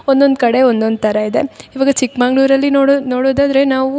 ಒಂದೊಂದು ಕಡೆ ಒಂದೊಂದು ಥರ ಇದೆ ಇವಾಗ ಚಿಕ್ಕಮಗಳೂರಲ್ಲಿ ನೋಡೋ ನೋಡೋದಾದರೆ ನಾವು